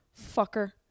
fucker